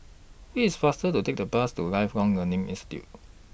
IT IS faster to Take The Bus to Lifelong Learning